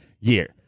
year